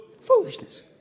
Foolishness